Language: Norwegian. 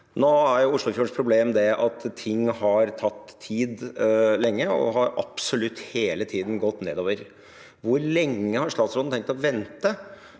Nå er Oslofjordens problem at ting har tatt tid lenge, og at det absolutt hele tiden har gått nedover. Hvor lenge har statsråden tenkt å vente